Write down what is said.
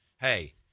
hey